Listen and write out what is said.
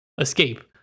escape